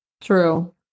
True